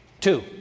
Two